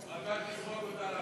רק אל תזרוק אותה על הקהל.